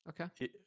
Okay